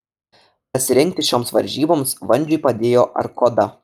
pasirengti šioms varžyboms vandžiui padėjo arkoda